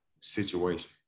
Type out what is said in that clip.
situation